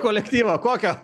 kolektyvo kokio